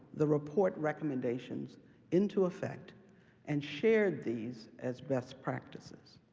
the report recommendations into effect and shared these as best practices.